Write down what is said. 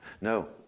No